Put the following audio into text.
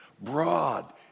Broad